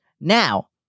Now